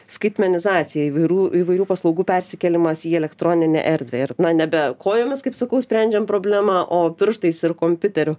skaitmenizacija įvairių įvairių paslaugų persikėlimas į elektroninę erdvę ir na nebe kojomis kaip sakau sprendžiam problemą o pirštais ir kompiuteriu